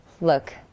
look